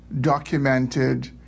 documented